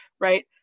right